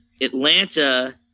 Atlanta